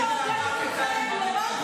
אני מעודדת אותך לצאת מגדרך.